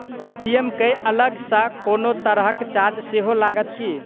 ATM केँ अलग सँ कोनो तरहक चार्ज सेहो लागत की?